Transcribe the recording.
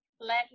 let